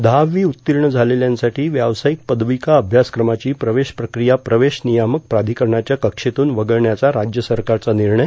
दहावी उत्तीर्ण झालेल्यांसाठी व्यावसायिक पदविका अभ्यासक्रमाची प्रवेशप्रक्रिया प्रवेश नियामक प्राधिकरणाच्या कक्षेतून वगळण्याचा राज्य सरकारचा निर्णय